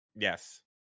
Yes